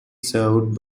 served